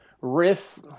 riff